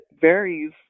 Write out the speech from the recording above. varies